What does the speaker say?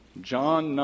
John